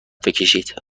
بکشید